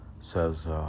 says